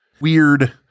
weird